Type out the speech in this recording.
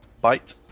Bite